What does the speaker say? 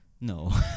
No